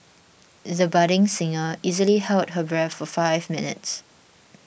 the budding singer easily held her breath for five minutes